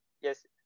yes